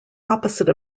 opposite